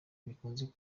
bikunze